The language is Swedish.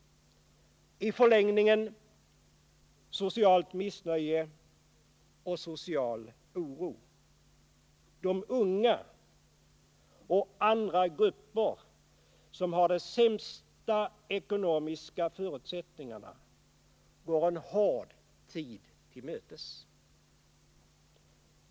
I förlängningen innebär det socialt missnöje och social oro. De unga — och andra grupper som har de sämsta ekonomiska förutsättningarna — går en hård tid till mötes.